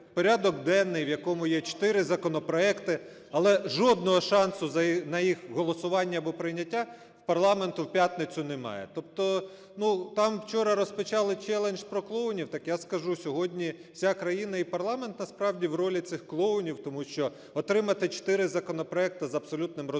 порядок денний, в якому є 4 законопроекти, але жодного шансу на їх голосування або прийняття в парламенту в п'ятницю немає. Тобто, ну, там вчора розпочали челендж про клоунів, так я скажу, сьогодні вся країна і парламент насправді в ролі цих клоунів, тому що отримати 4 законопроекти з абсолютним розумінням,